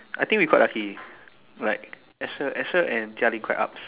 I think we quite lucky like I Asher Asher and Jia-Ling quite upz